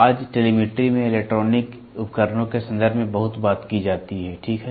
आज टेलीमेट्री में इलेक्ट्रॉनिक उपकरणों के संदर्भ में बहुत बात की जाती है ठीक है